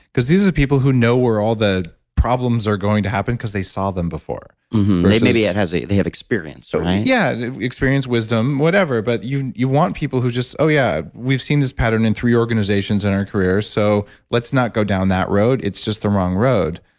because these are the people who know where all the problems are going to happen, because they saw them before maybe yeah they have experience so yeah, experience, wisdom, whatever, but you you want people who just, oh, yeah, we've seen this pattern in three organizations in our career, so let's not go down that road. it's just the wrong road.